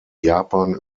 japan